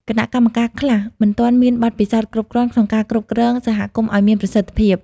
គណៈកម្មការខ្លះមិនទាន់មានបទពិសោធន៍គ្រប់គ្រាន់ក្នុងការគ្រប់គ្រងសហគមន៍ឲ្យមានប្រសិទ្ធភាព។